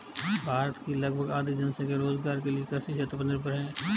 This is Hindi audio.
भारत की लगभग आधी जनसंख्या रोज़गार के लिये कृषि क्षेत्र पर ही निर्भर है